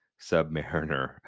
Submariner